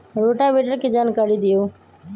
Rotavator के जानकारी दिआउ?